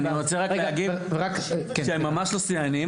הם ממש לא שיאנים.